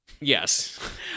Yes